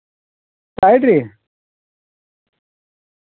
सताई तरीक